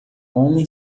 homem